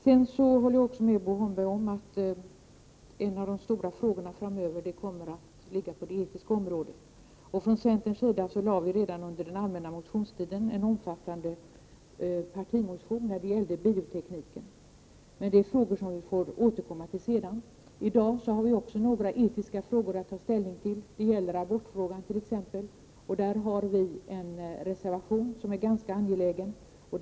Jag håller också med Bo Holmberg om att en av de stora frågorna framöver kommer att ligga på det etiska området. Från centerns sida lade vi redan under den allmänna motionstiden fram en omfattande partimotion om biotekniken. Detta är emellertid frågor som vi får återkomma till senare. I dag har vi också några etiska frågor att ta ställning till. Det gäller t.ex. abortfrågan, där vi har en ganska angelägen reservation.